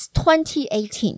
2018